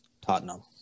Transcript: Tottenham